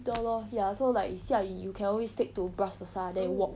corridor lor so like if 下雨 you can always take to bras basah then walk